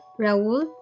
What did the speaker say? Raul